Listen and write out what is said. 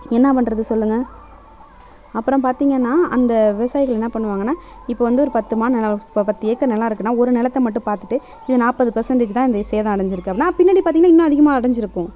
என்ன பண்றது சொல்லுங்கள் அப்புறம் பார்த்திங்கன்னா அந்த விவசாயிகள் என்ன பண்ணுவாங்கன்னால் இப்போது வந்து ஒரு பத்துமா நிலம் ஒரு பத்து ஏக்கர் நிலம் இருக்குனால் ஒரு நிலத்த மட்டும் பார்த்துட்டு இது நாற்பது பெர்சென்டேஜ் தான் இது சேதம் அடைஞ்சிருக்கு அப்படின்னா பின்னாடி பார்த்திங்கன்னா இன்னும் அதிகமாக அடைஞ்சிருக்கும்